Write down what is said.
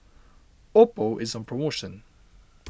Oppo is on promotion